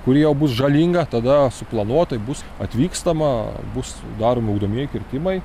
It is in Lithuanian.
kuri jau bus žalinga tada suplanuotai bus atvykstama bus daromi ugdomieji kirtimai